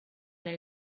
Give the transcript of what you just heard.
nel